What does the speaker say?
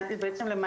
ולתת